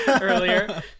earlier